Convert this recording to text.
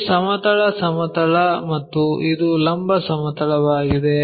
ಇದು ಸಮತಲ ಸಮತಲ ಮತ್ತು ಇದು ಲಂಬ ಸಮತಲವಾಗಿದೆ